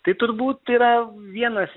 tai turbūt yra vienas